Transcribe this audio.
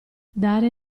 dare